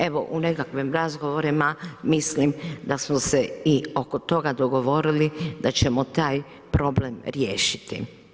Evo, u nekakvim razgovorima, mislim da smo se i oko toga dogovorili, da ćemo taj problem riješiti.